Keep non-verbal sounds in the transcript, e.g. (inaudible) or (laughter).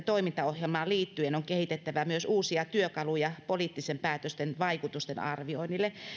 (unintelligible) toimintaohjelmaan liittyen on kehitettävä myös uusia työkaluja poliittisten päätösten vaikutusten arviointiin